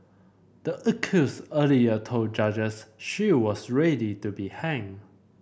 the accused earlier told judges she was ready to be hanged